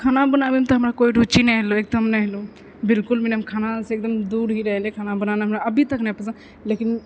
खाना बनाबैमे तऽ हमरा कोइ रूचि नहि होलो एकदम नहि होलै बिलकुल भी ने हम खाना बनबेसँ दूर ही रहलियो खाना बनाना हमरा अभी तक नहि पसन्द लेकिन